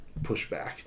pushback